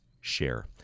share